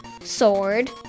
Sword